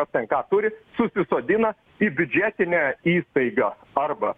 kas ten ką turi sodina į biudžetinę įstaigą arba